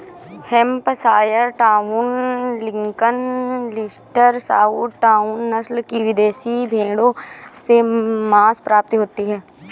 Hampshire Down, Lincoln, Leicester, Southdown, नस्ल की विदेशी भेंड़ों से माँस प्राप्ति होती है